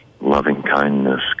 loving-kindness